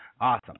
Awesome